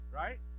right